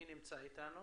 מי נמצא איתנו